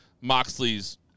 Moxley's